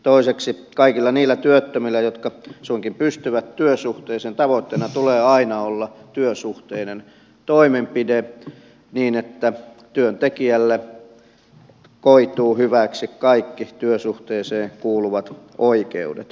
toiseksi kaikilla niillä työttömillä jotka suinkin pystyvät työsuhteeseen tavoitteena tulee aina olla työsuhteinen toimenpide niin että työntekijälle koituvat hyväksi kaikki työsuhteeseen kuuluvat oikeudet